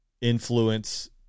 influence